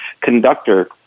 conductor